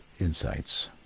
insights